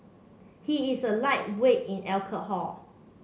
he is a lightweight in alcohol